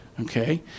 Okay